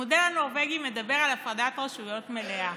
המודל הנורבגי מדבר על הפרדת רשויות מלאה.